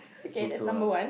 I think so lah